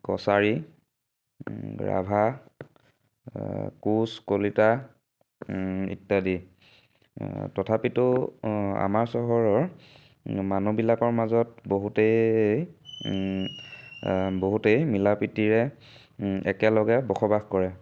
কছাৰী ৰাভা কোচ কলিতা ইত্যাদি তথাপিতো আমাৰ চহৰৰ মানুহবিলাকৰ মাজত বহুতেই বহুতেই মিলা প্ৰীতিৰে একেলগে বসবাস কৰে